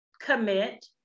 commit